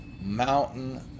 mountain